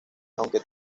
aunque